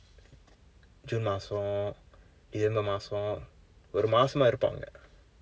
june மாதம்:maatham december மாதம் ஒரு மாதம் இருப்போம் அங்க:maatham oru maatham iruppoom angka